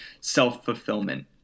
self-fulfillment